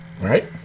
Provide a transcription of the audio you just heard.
right